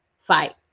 fight